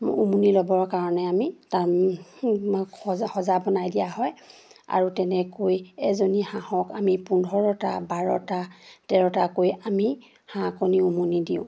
উমনি ল'বৰ কাৰণে আমি তাৰ সজা সজা বনাই দিয়া হয় আৰু তেনেকৈ এজনী হাঁহক আমি পোন্ধৰটা বাৰটা তেৰটাকৈ আমি হাঁহ কণী উমনি দিওঁ